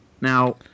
Now